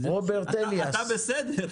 אתה בסדר,